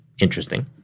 interesting